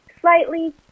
slightly